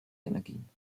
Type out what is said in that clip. energien